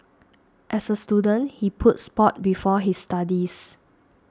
as a student he put sport before his studies